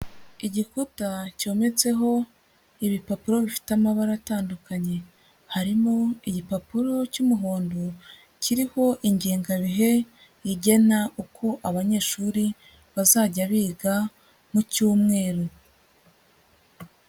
Igikuta cyometseho ibipapuro bifite amabara atandukanye. Harimo igipapuro cy'umuhondo, kiriho ingengabihe igena uko abanyeshuri bazajya biga mu cyumweru.